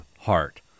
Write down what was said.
heart